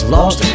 Lost